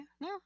no